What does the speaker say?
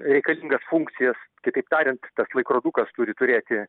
reikalingas funkcijas kitaip tariant tas laikrodukas turi turėti